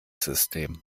system